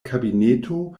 kabineto